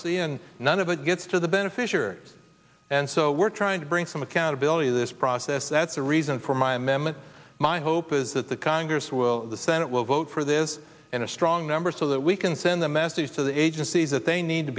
bureaucracy and none of it gets to the beneficiaries and so we're trying to bring some accountability this process that's the reason for my m m and my hope is that the congress will the senate will vote for this and a strong number so that we can send a message to the agencies that they need to